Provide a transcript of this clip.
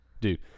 dude